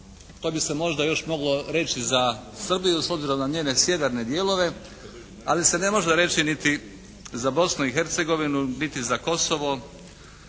To bi se možda još moglo reći za Srbiju s obzirom na njene sjeverne dijelove, ali se ne može reći niti za Bosnu i Hercegovinu niti za Kosovo